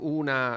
una